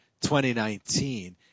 2019